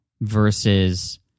versus